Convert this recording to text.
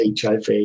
HIV